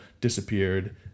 Disappeared